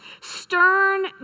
stern